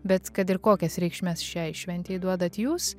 bet kad ir kokias reikšmes šiai šventei duodat jūs